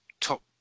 top